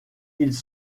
ils